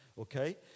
Okay